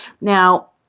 Now